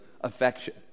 affection